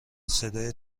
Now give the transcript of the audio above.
صدای